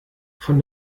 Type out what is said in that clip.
von